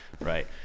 Right